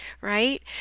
right